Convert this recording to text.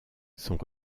sont